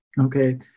Okay